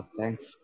Thanks